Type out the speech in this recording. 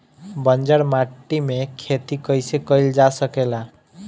बंजर माटी में खेती कईसे कईल जा सकेला?